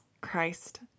Christ